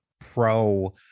pro